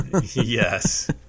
yes